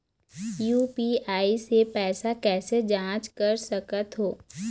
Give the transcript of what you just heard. UPI से पैसा कैसे जाँच कर सकत हो?